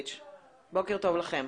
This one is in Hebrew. בוקר טוב לכולם.